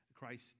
Christ